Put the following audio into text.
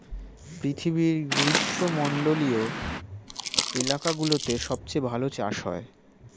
পৃথিবীর গ্রীষ্মমন্ডলীয় এলাকাগুলোতে সবচেয়ে ভালো চাষ হয়